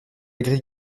grille